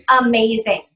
amazing